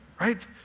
right